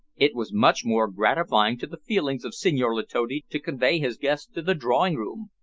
it was much more gratifying to the feelings of senhor letotti to convey his guests to the drawing-room,